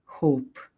hope